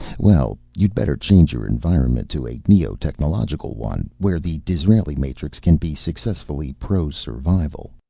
well, you'd better change your environment to a neo-technological one, where the disraeli matrix can be successfully pro-survival.